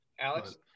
Alex